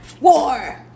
War